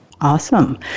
Awesome